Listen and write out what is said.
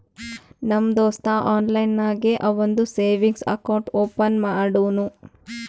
ನಮ್ ದೋಸ್ತ ಆನ್ಲೈನ್ ನಾಗೆ ಅವಂದು ಸೇವಿಂಗ್ಸ್ ಅಕೌಂಟ್ ಓಪನ್ ಮಾಡುನೂ